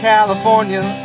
California